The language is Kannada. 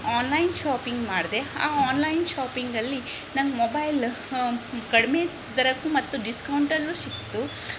ಆನ್ಲೈನ್ ಶಾಪಿಂಗ್ ಮಾಡಿದೆ ಆ ಆನ್ಲೈನ್ ಶಾಪಿಂಗಲ್ಲಿ ನಂಗೆ ಮೊಬೈಲ್ ಕಡಿಮೆ ದರಕ್ಕು ಮತ್ತು ಡಿಸ್ಕೌಂಟಲ್ಲು ಸಿಕ್ತು